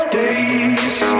days